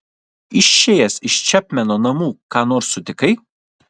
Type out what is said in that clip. išėjęs iš čepmeno namų ką nors sutikai